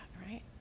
right